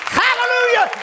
hallelujah